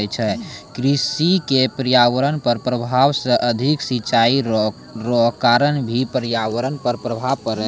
कृषि से पर्यावरण पर प्रभाव मे अधिक सिचाई रो कारण भी पर्यावरण पर प्रभाव पड़ै छै